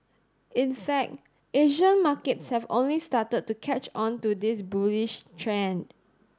in fact Asian markets have only started to catch on to this bullish trend